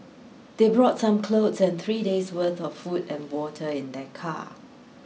they brought some clothes and three days' worth of food and water in their car